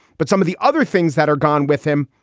but some of the other things that are gone with him.